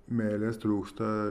meilės trūksta